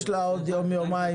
יש לה עוד יום יומיים,